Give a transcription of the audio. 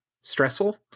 stressful